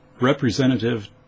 Representative